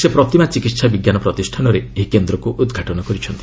ସେ ପ୍ରତୀମା ଚିକିତ୍ସା ବିଞ୍ଜାନ ପ୍ରତିଷ୍ଠାନରେ ଏହି କେନ୍ଦ୍ରକୁ ଉଦ୍ଘାଟନ କରିଛନ୍ତି